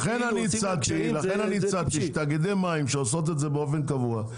לכן אני הצעתי שתאגידי מים שעושים את זה באופן קבוע,